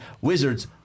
Wizards